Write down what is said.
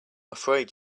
afraid